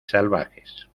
salvajes